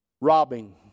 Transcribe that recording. robbing